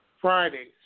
Fridays